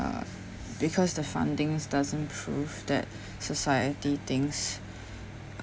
uh because the fundings doesn't prove that society thinks